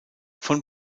von